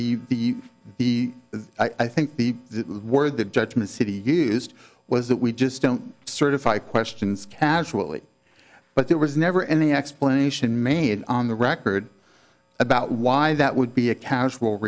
b i think the word the judgment city used was that we just don't certify questions casually but there was never any explanation made on the record about why that would be a casual